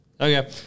Okay